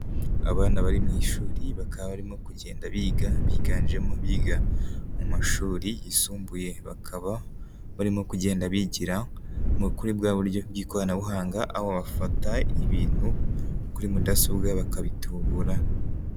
Abana bari mu ishuri, bakaba barimo kugenda biga, biganjemo abiga mu mashuri yisumbuye, bakaba barimo kugenda bigira mu kuri bwa buryo bw'ikoranabuhanga aho bafata ibintu kuri mudasobwa bakabitubura.